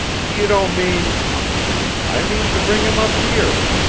you don't mean i mean to bring him up here,